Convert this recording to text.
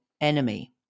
enemy